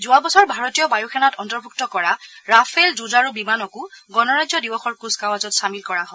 যোৱা বছৰ ভাৰতীয় বায়ু সেনাত অন্তৰ্ভুক্ত কৰা ৰাফেল যুঁজাৰু বিমানো গণৰাজ্য দিৱসৰ কুচকাৱাজত চামিল কৰা হয়